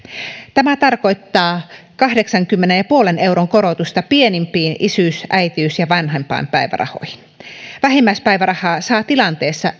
tämä tarkoittaa kahdeksankymmenen pilkku viidenkymmenen euron korotusta pienimpiin isyys äitiys ja vanhempainpäivärahoihin vähimmäispäivärahaa saa tilanteessa